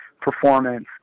performance